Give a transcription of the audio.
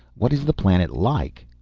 what is the planet like?